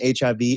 HIV